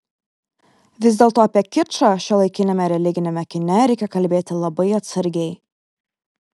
vis dėlto apie kičą šiuolaikiniame religiniame kine reikia kalbėti labai atsargiai